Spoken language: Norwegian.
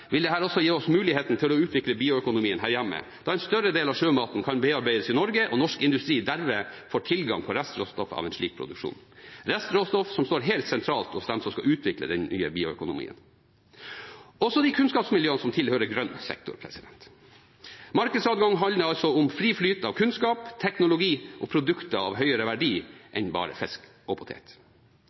vil dette også gi oss muligheten til å utvikle bioøkonomien her hjemme, da en større del av sjømaten kan bearbeides i Norge og norsk industri derved får tilgang på restråstoffet av en slik produksjon, restråstoff som står helt sentralt hos dem som skal utvikle den nye bioøkonomien – også hos de kunnskapsmiljøene som tilhører grønn sektor. Markedsadgang handler altså om fri flyt av kunnskap, teknologi og produkter av høyere verdi enn bare fisk og potet.